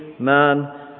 Man